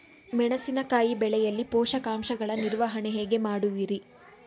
ಮೆಣಸಿನಕಾಯಿ ಬೆಳೆಯಲ್ಲಿ ಪೋಷಕಾಂಶಗಳ ನಿರ್ವಹಣೆ ಹೇಗೆ ಮಾಡುವಿರಿ?